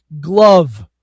glove